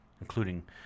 including